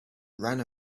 ran